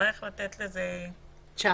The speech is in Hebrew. נצטרך לחיות קצת